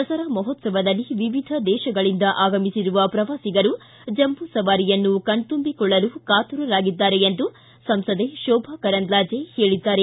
ದಸರಾ ಮಹೋತ್ಲವದಲ್ಲಿ ವಿವಿಧ ದೇತಗಳಿಂದ ಆಗಮಿಸಿರುವ ಪ್ರವಾಸಿಗರು ಜಂಬೂ ಸವಾರಿಯನ್ನು ಕಣ್ತುಂಬಿಕೊಳ್ಳಲು ಕಾತುರರಾಗಿದ್ದಾರೆ ಎಂದು ಸಂಸದೆ ಶೋಭಾ ಕರಂದ್ಲಾಜೆ ಹೇಳಿದ್ದಾರೆ